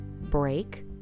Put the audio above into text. break